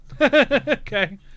Okay